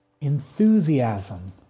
enthusiasm